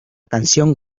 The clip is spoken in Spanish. canción